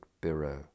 Bureau